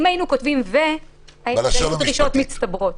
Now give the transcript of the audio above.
אם היינו כותבים "ו", אלה היו דרישות מצטברות.